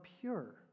pure